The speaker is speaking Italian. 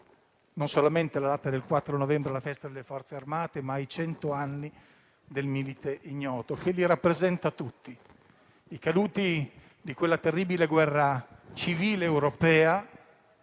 non solamente la data del 4 novembre, la festa delle Forze armate, ma i cento anni del Milite Ignoto, che li rappresenta tutti, i caduti di quella terribile guerra civile europea.